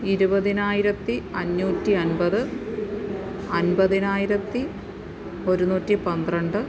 ഇരുപതിനായിരത്തി അഞ്ഞൂറ്റി അൻപത് അൻപതിനായിരത്തി ഒരുനൂറ്റി പന്ത്രണ്ട്